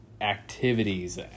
activities